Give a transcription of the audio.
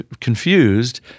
confused